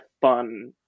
fun